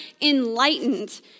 enlightened